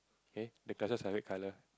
okay the glasses are red colour